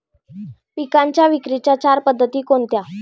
पिकांच्या विक्रीच्या चार पद्धती कोणत्या?